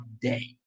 day